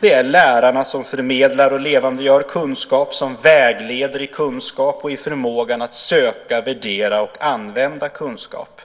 Det är lärarna som förmedlar och levandegör kunskap, som vägleder i kunskap och i förmågan att söka, värdera och använda kunskap.